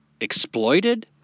exploited